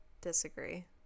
Disagree